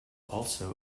also